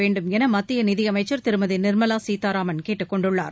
வேண்டும் என மத்திய நிதியமைச்சர் திருமதி நிர்மலா சீதாராமன் கேட்டுக் கொண்டுள்ளார்